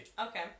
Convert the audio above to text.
Okay